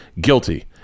guilty